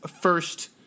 first